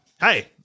Hey